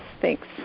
Thanks